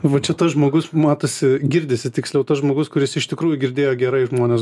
va čia tas žmogus matosi girdisi tiksliau tas žmogus kuris iš tikrųjų girdėjo gerai žmones